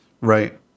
Right